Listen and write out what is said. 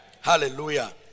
Hallelujah